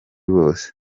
bose